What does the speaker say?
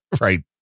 right